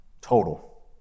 total